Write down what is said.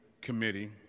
Committee